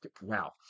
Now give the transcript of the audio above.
Wow